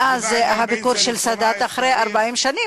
מאז הביקור של סאדאת, אחרי 40 שנה.